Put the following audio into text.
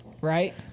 right